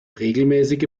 regelmäßige